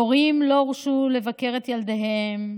הורים לא הורשו לבקר את ילדיהם,